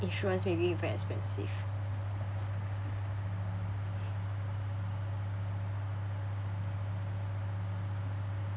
insurance maybe very expensive